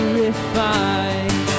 refine